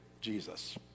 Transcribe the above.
Jesus